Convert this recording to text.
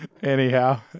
Anyhow